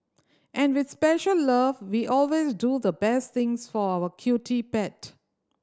and with special love we always do the best things for our cutie pet